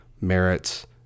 merits